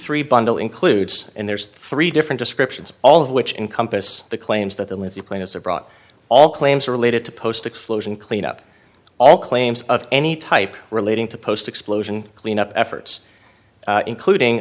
three bundle includes and there's three different descriptions all of which encompass the claims that the lives the plaintiffs are brought all claims are related to post explosion cleanup all claims of any type relating to post explosion cleanup efforts including